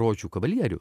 rožių kavalierių